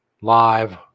live